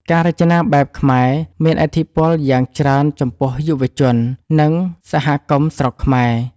ការរចនាបែបខ្មែរមានឥទ្ធិពលយ៉ាងច្រើនចំពោះយុវជន និងសហគមន៍ស្រុកខ្មែរ។